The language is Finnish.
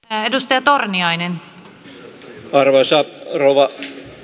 arvoisa rouva